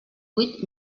vuit